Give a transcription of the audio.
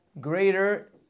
Greater